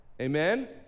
amen